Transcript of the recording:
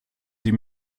sie